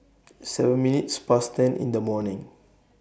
seven minutes Past ten in The morning